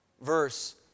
verse